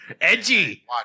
Edgy